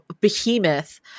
behemoth